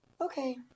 Okay